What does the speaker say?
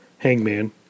Hangman